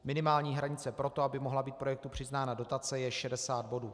Minimální hranice pro to, aby mohla být projektu přiznána dotace, je 60 bodů.